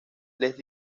les